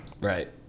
Right